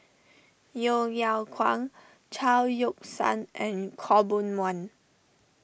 Yeo Yeow Kwang Chao Yoke San and Khaw Boon Wan